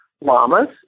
llamas